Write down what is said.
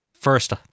First